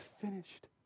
finished